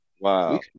Wow